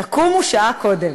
תקומו שעה קודם.